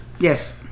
Yes